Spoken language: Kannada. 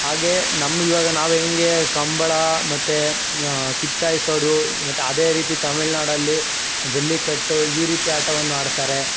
ಹಾಗೇ ನಮ್ಮ ಇವಾಗ ನಾವು ಹೆಂಗೆ ಕಂಬಳ ಮತ್ತು ಕಿಚ್ಚು ಹಾಯ್ಸೋದು ಮತ್ತು ಅದೇ ರೀತಿ ತಮಿಳ್ ನಾಡಲ್ಲಿ ಜಲ್ಲಿಕಟ್ಟು ಈ ರೀತಿ ಆಟವನ್ನು ಆಡ್ತಾರೆ